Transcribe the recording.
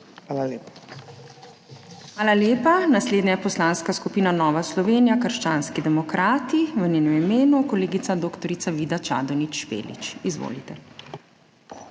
ZUPANČIČ: Hvala lepa. Naslednja je Poslanska skupina Nova Slovenija – krščanski demokrati, v njenem imenu kolegica dr. Vida Čadonič Špelič. Izvolite.